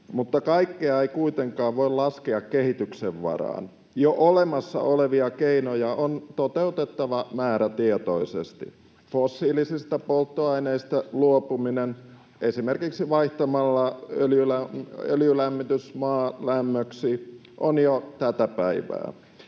mutta kaikkea ei kuitenkaan voi laskea kehityksen varaan. Jo olemassa olevia keinoja on toteutettava määrätietoisesti. Fossiilisista polttoaineista luopuminen esimerkiksi vaihtamalla öljylämmitys maalämmöksi on jo tätä päivää.